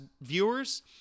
viewers